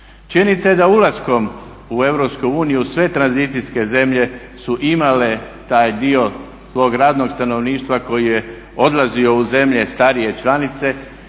Činjenica je da ulaskom u Europsku uniju sve tranzicijske zemlje su imale taj dio svog radnog stanovništva koji je odlazio u zemlje starije članice